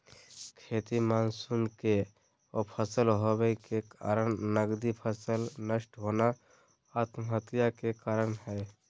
खेती मानसून के असफल होबय के कारण नगदी फसल नष्ट होना आत्महत्या के कारण हई